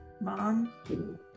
mom